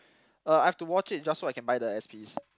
uh I've to watch it just so that I can buy the S_Ps